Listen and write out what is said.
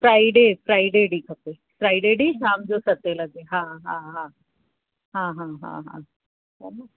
Friday Friday ॾींहं खपे Friday ॾींहं शाम जो सते लॻे हा हा हा हा हा हा